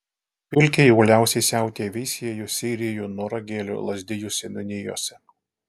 pilkiai uoliausiai siautėja veisiejų seirijų noragėlių lazdijų seniūnijose